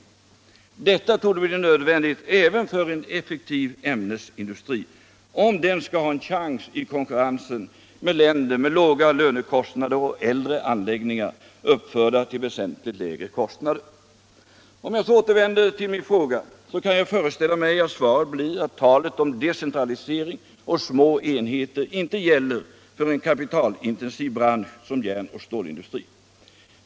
Detta torde bli nödvändigt även för en effektiv ämnesindustri, om den skall ha en chans i konkurrensen med länder med låga lönekostnader och äldre anläggningar, uppförda till väsentligt lägre kostnader. Om jag så återvänder till min fråga, kan jag föreställa mig att svaret blir att talet om decentralisering och små enheter icke gäller för en ka pitalintensiv bransch som järnoch stålindustrin.